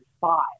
five